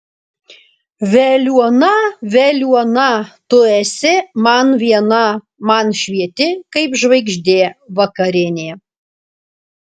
veliuona veliuona tu esi man viena man švieti kaip žvaigždė vakarinė